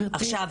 עכשיו,